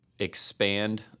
expand